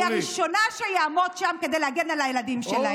אני הראשונה שאעמוד שם כדי להגן על הילדים שלהם.